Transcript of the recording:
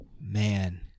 man